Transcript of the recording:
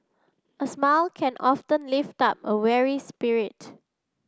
a smile can often lift up a weary spirit